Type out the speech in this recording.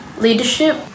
leadership